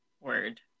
word